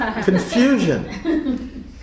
confusion